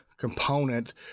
component